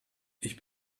ich